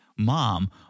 Mom